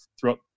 throughout